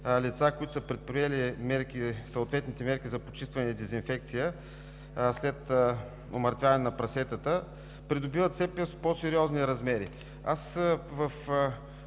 лицата, които са предприели съответните мерки за почистване и дезинфекция след умъртвяване на прасетата, придобиват все по-сериозни размери. По-рано